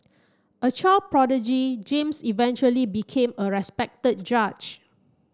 a child prodigy James eventually became a respected judge